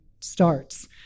starts